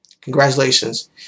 Congratulations